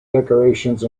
decorations